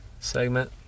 Segment